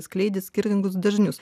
skleidė skirtingus derinius